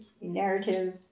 narrative